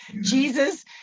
Jesus